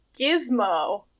gizmo